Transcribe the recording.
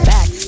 Back